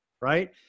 right